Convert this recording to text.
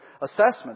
assessments